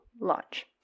launch